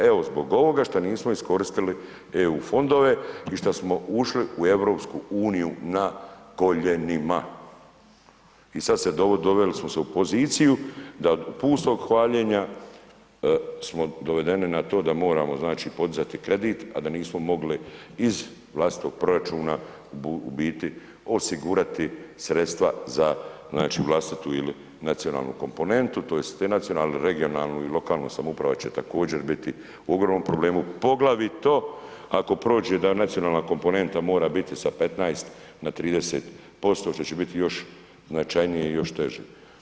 Evo zbog ovoga što nismo iskoristili EU fondove i što smo ušli u EU na koljenima i sad dovezli smo se u poziciju da od pustog hvaljenja smo dovedeni na to da moramo znači podizati kredit, a da nismo mogli iz vlastitog proračuna u biti osigurati sredstva za, znači vlastitu ili nacionalnu komponentu tj. denacionalnu, regionalnu i lokalnu, samouprava će također biti u ogromnom problemu, poglavito ako prođe da nacionalna komponenta mora biti sa 15 na 30% što će biti još značajnije i još teže.